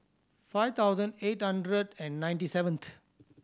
five thousand eight hundred and ninety seventh